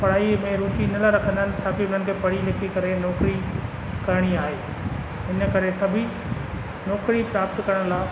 पढ़ाईअ में रूचि आहिनि लाइ रखंदा आहिनि ताक़ी उन्हनि खे पढ़ी लिखी करे नौकिरी करिणी आहे हिन करे सभी नौकिरी प्राप्त करण लाइ